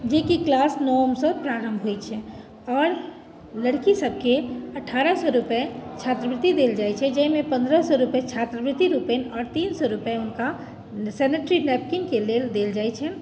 जेकि क्लास नओमसँ प्रारम्भ होइ छै आओर लड़की सबके अठारह सए रूपए छात्रवृति देल जाइ छै जाहिमे पन्द्रह सए रूपए छात्रवृति रूपेण आओर तीन सए रूपए हुनका सेनेटरी नेपकिनके लेल देल जाइ छै